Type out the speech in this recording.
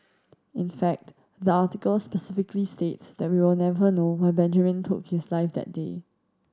in fact the article specifically states that we will never know why Benjamin took his life that day